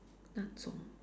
那种